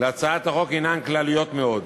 הצעת החוק, הן כלליות מאוד,